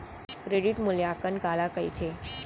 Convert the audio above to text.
Credit मूल्यांकन काला कहिथे?